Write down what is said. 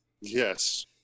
Yes